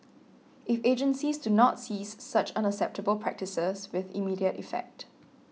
if agencies do not cease such unacceptable practices with immediate effect